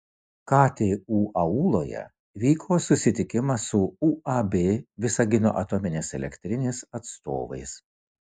ktu auloje vyko susitikimas su uab visagino atominės elektrinės atstovais